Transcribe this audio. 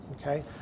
okay